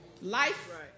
Life